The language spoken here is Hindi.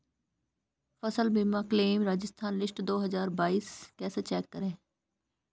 फसल बीमा क्लेम राजस्थान लिस्ट दो हज़ार बाईस कैसे चेक करें?